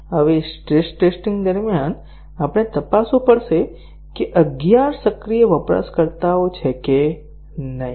હવે stress testing દરમિયાન આપણે તપાસવું પડશે કે અગિયાર સક્રિય વપરાશકર્તાઓ છે કે નહીં